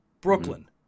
Brooklyn